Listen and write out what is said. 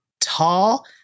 tall